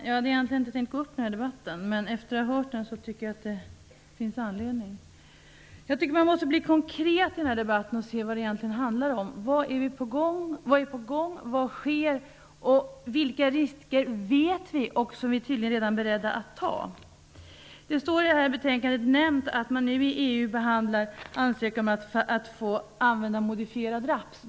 Fru talman! Jag hade inte tänkt gå upp i den här debatten, men efter att ha hört den tycker jag att det finns anledning. Jag tycker att man måste bli konkret i debatten och se vad den egentligen handlar om: Vad är på gång, vad sker och vilka av de risker vi känner till är vi beredda att ta? Det nämns i betänkandet att man nu inom EU ansöker om att få använda modifierad raps.